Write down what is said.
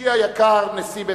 אישי היקר, נשיא בית-הנבחרים,